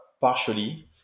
partially